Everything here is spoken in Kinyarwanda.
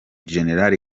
gen